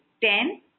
ten